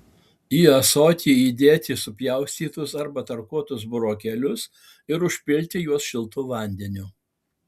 į ąsotį įdėti supjaustytus arba tarkuotus burokėlius ir užpilti juos šiltu vandeniu